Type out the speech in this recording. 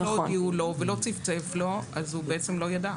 אם לא הודיעו לו ולא צפצף לו, הוא בעצם לא ידע.